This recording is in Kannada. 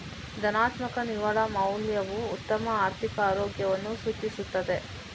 ಧನಾತ್ಮಕ ನಿವ್ವಳ ಮೌಲ್ಯವು ಉತ್ತಮ ಆರ್ಥಿಕ ಆರೋಗ್ಯವನ್ನು ಸೂಚಿಸುತ್ತದೆ